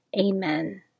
Amen